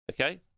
okay